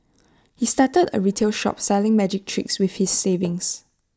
he started A retail shop selling magic tricks with his savings